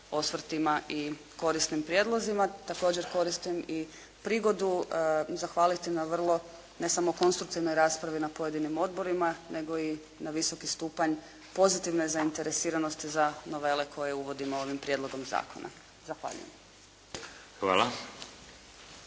osvrtima i korisnim prijedlozima. Također koristim i prigodu zahvaliti na vrlo ne samo konstruktivnoj raspravi na pojedinim odborima, nego i na visoki stupanj pozitivne zainteresiranosti za novele koje uvodimo ovim Prijedlogom zakona. Zahvaljujem.